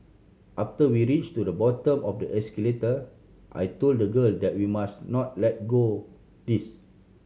after we reached to the bottom of the escalator I told the girl that we must not let go this